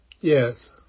Yes